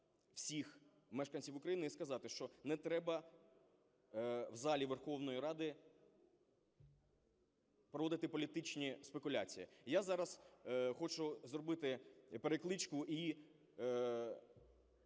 всіх мешканців України і сказати, що не треба в залі Верховної Ради проводити політичні спекуляції. Я зараз хочу зробити перекличку і…